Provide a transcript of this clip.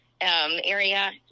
area